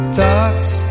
Thoughts